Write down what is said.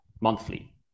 monthly